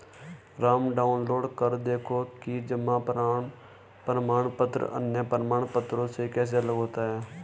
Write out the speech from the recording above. Ram download कर देखो कि जमा प्रमाण पत्र अन्य प्रमाण पत्रों से कैसे अलग होता है?